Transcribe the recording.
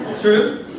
True